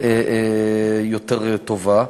יותר טובה,